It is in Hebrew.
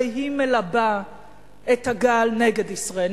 הרי היא מלבה את הגל נגד ישראל.